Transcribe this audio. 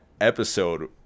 episode